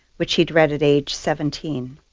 which he'd read at age seventeen.